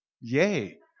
Yay